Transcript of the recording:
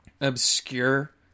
obscure